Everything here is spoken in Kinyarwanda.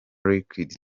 liquid